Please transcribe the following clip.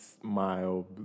smile